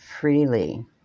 freely